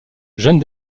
jeune